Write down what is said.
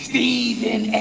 Stephen